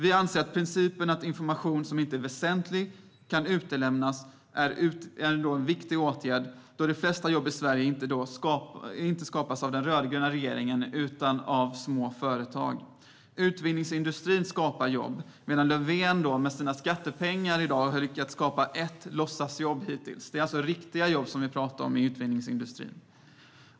Vi anser att principen att information som inte är väsentlig kan utelämnas är en viktig åtgärd, då de flesta nya jobb i Sverige i dag inte skapas av den rödgröna regeringen utan av små företag. Utvinningsindustrin skapar jobb, medan Löfven med skattepengar bara har lyckats skapa ett enda låtsasjobb hittills. De jobb vi talar om i utvinningsindustrin är alltså riktiga jobb.